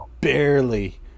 barely